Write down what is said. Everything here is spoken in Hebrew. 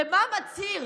ומה מצהיר